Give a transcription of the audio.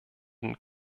den